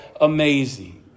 amazing